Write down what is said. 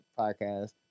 podcast